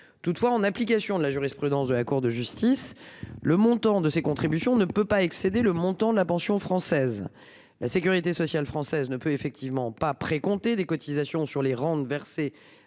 Toutefois, en application de la jurisprudence de la Cour de justice. Le montant de ces contributions ne peut pas excéder le montant de la pension française. La sécurité sociale française ne peut effectivement pas précomptée des cotisations sur les rentes versées